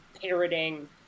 parroting